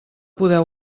poder